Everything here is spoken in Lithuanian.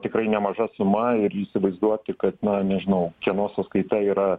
tikrai nemaža suma ir įsivaizduoti kad na nežinau kieno sąskaita yra